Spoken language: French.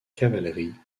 cavalerie